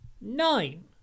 Nine